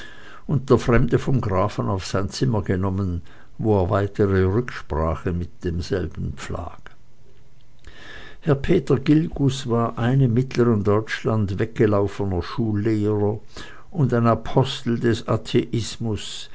und der fremde vom grafen auf sein zimmer genommen wo er weitere rücksprache mit demselben pflag herr peter gilgus war ein im mittlern deutschland weggelaufener schullehrer und ein apostel des atheismus